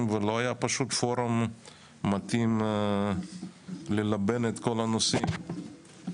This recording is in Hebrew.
ולא היה פורום מתאים ללבן את כל הנושאים.